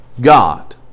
God